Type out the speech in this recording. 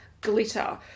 glitter